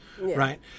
right